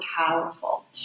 powerful